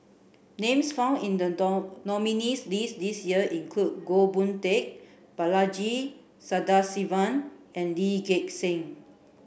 names found in the nominees' list this year include Goh Boon Teck Balaji Sadasivan and Lee Gek Seng